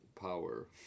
power